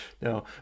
no